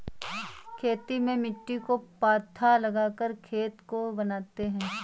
खेती में मिट्टी को पाथा लगाकर खेत को बनाते हैं?